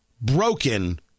broken